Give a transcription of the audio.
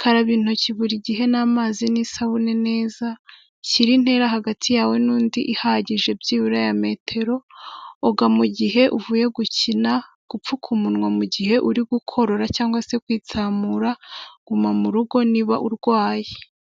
karaba intoki buri gihe n'amazi n'isabune neza, shyira intera hagati yawe n'undi ihagije byibura ya metero, oga mu gihe uvuye gukina, gupfuka umunwa mu mugihe uri gukorora cyangwa se kwitsamura, guma mu rugo niba urwaye.